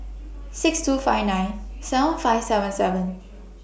six two five nine seven five seven seven